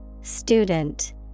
Student